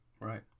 Right